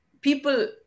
people